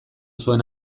zuen